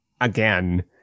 again